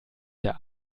der